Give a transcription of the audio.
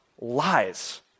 lies